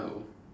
oh